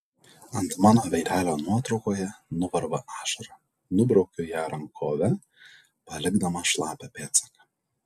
ant mano veidelio nuotraukoje nuvarva ašara nubraukiu ją rankove palikdama šlapią pėdsaką